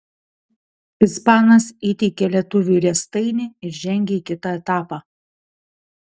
ispanas įteikė lietuviui riestainį ir žengė į kitą etapą